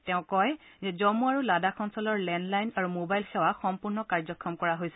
তেওঁ কয় যে জম্ম আৰু লাডাখ অঞ্চলৰ লেণ্ডলাইন আৰু ম'বাইল সেৱা সম্পূৰ্ণ কাৰ্যক্ষম কৰা হৈছে